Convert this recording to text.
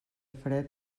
fred